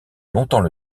longtemps